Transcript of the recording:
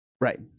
Right